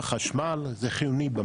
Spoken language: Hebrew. זה חיוני בחשמל,